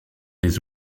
les